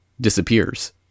disappears